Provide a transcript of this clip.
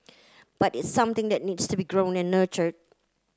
but it's something that need to be grown and nurtured